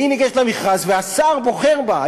והיא ניגשת למכרז והשר בוחר בה.